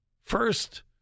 first